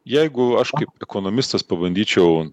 jeigu aš kaip ekonomistas pabandyčiau